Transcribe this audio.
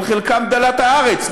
אבל חלקם דלת הארץ,